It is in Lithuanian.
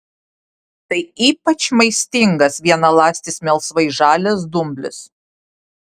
tai ypač maistingas vienaląstis melsvai žalias dumblis